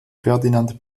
ferdinand